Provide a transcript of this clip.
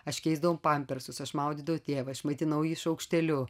aš keisdavau pampersus aš maudydavau tėvą aš maitinau jį šaukšteliu